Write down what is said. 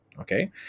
okay